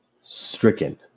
stricken